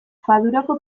fadurako